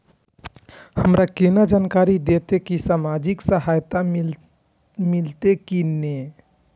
हमरा केना जानकारी देते की सामाजिक सहायता मिलते की ने?